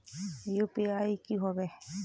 UPI की होबे है?